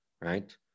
right